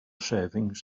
savings